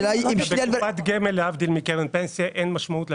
בקופת גמל, להבדיל מקרן פנסיה, אין משמעות לוותק.